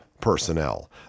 personnel